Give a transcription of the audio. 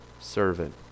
servant